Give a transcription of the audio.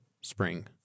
spring